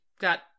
got